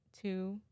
two